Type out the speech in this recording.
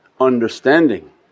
understanding